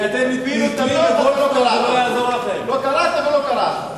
לא קראת ולא קרעת.